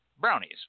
brownies